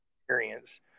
experience